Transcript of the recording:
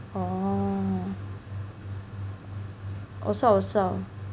oh 我知道我知道